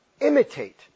imitate